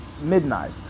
midnight